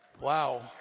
Wow